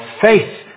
faith